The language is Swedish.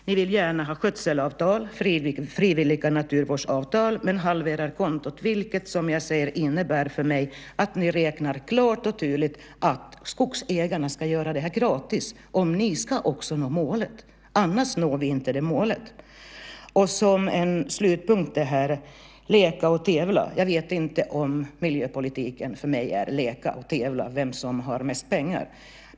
Ni vill gärna ha skötselavtal, frivilliga naturvårdsavtal, men halvera kontot. Det innebär för mig att ni klart och tydligt räknar med att skogsägarna ska göra det här gratis för att nå målet. Annars nås inte målet. Jag vet inte om miljöpolitiken för mig är att leka och tävla om vem som har mest pengar.